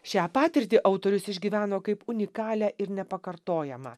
šią patirtį autorius išgyveno kaip unikalią ir nepakartojamą